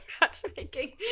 matchmaking